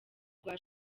rwa